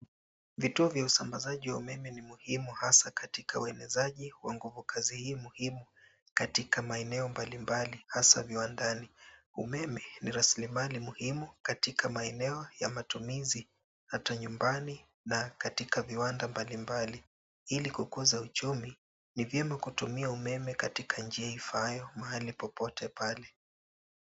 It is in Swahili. Vituo vya usambazaji wa umeme ni muhimu hasaa katika uenezaji wa nguvu. Kazi hii muhimu katika maeneo mbalimbali hasaa viwandani. Umeme ni rasilimali muhimu katika maeneo ya matumizi, hata nyumbani na katika viwanda mbalimbali ili kukuza uchumi, ni vyema kutumia umeme katika njia ifaayo mahali popote pale.